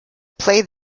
play